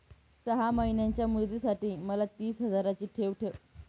सहा महिन्यांच्या मुदतीसाठी मला तीस हजाराची ठेव ठेवायची आहे, तर त्यावर किती व्याजदर मिळेल?